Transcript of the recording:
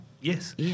yes